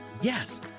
Yes